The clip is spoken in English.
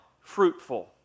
fruitful